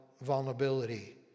vulnerability